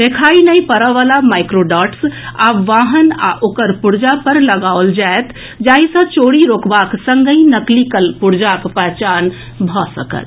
देखाई नहि देबय वला माइक्रोडॉट्स आब वाहन आ ओकर पुर्जा पर लगाओल जायत जाहि सॅ चोरी रोकबाक संगहि नकली कलपुर्जाक पहचान भऽ सकत